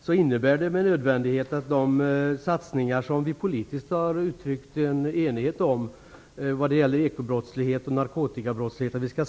Vi har politiskt uttryckt en enighet om att det skall göras satsningar på bekämpning av ekobrottslighet och narkotikabrottslighet.